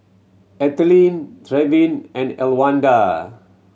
Ethelene Trevin and Elwanda